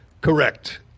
Correct